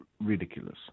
ridiculous